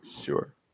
Sure